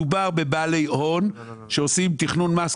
מדובר בבעלי הון שעושים תכנון מס,